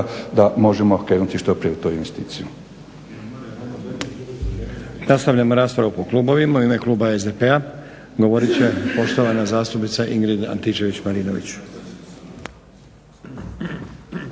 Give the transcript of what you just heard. da možemo krenuti što prije u tu investiciju.